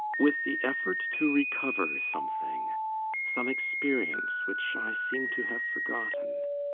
with the effort to recover something some experience, which i seemed to have forgotten.